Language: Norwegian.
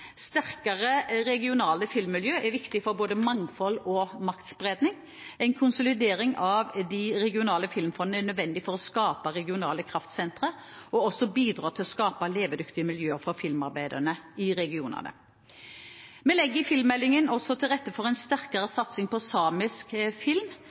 Sterkere regionale filmmiljøer er viktig for både mangfold og maktspredning. En konsolidering av de regionale filmfondene er nødvendig for å skape regionale kraftsentre og bidra til å skape levedyktige miljøer for filmarbeidere i regionene. Vi legger i filmmeldingen også til rette for en sterkere satsing på samisk film,